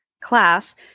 class